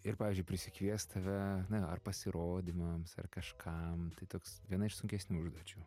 ir pavyzdžiui prisikviest tave na ar pasirodymams ar kažkam tai toks viena iš sunkesnių užduočių